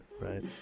right